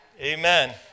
Amen